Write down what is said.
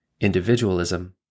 Individualism